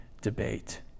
debate